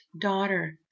daughter